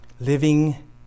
living